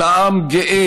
אלא עם גאה,